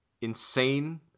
insane